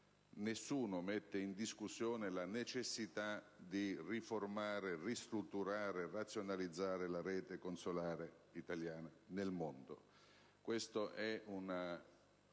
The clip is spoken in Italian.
nessuno mette in discussione la necessità di riformare, ristrutturare e razionalizzare la rete consolare italiana nel mondo.